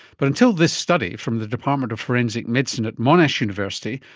but until this study from the department of forensic medicine at monash university,